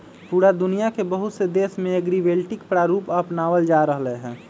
पूरा दुनिया के बहुत से देश में एग्रिवोल्टिक प्रारूप अपनावल जा रहले है